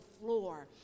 floor